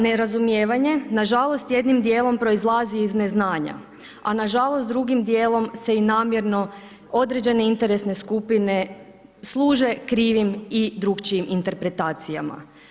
Nerazumijevanje, nažalost jednim dijelom proizlazi iz neznanja, a nažalost drugim dijelom se i namjerno određene interesne skupine služe krivim i drukčijim interpretacijama.